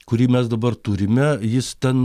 kurį mes dabar turime jis ten